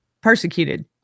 persecuted